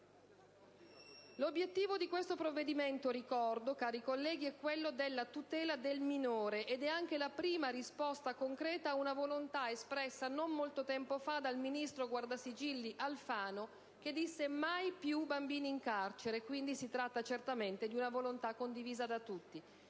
L'obiettivo di questo provvedimento - lo ricordo, cari colleghi - è quello della tutela del minore ed è anche la prima risposta concreta a una volontà espressa non molto tempo fa dal ministro guardasigilli Alfano, che disse: «Mai più bambini in carcere». Si tratta certamente di una volontà condivisa da tutti.